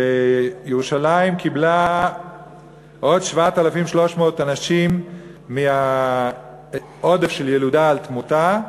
ירושלים קיבלה עוד 7,300 אנשים מהעודף של ילודה על תמותה,